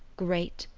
great,